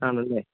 ആണല്ലേ